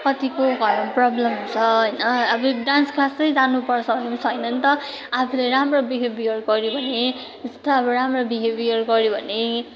कतिको घरमा प्रोब्लम हुन्छ होइन अब डान्स क्लासै जानु पर्छ भन्ने पनि छैन नि त आफूले राम्रो बिहेबियर गऱ्यो भने जस्तै राम्रो बिहेबियर गऱ्यो भने